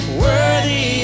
worthy